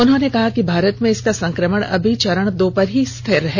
उन्होंने कहा कि भारत में इसका संक्रमण अभी चरण दो पर ही स्थिर है